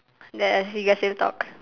then do you guys still talk